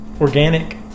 organic